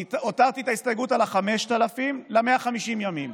הותרתי את ההסתייגות על ה-5,000 ל-150 ימים.